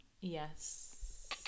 yes